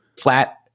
flat